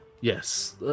Yes